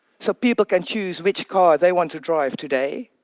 so people can choose which car they want to drive today.